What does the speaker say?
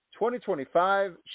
2025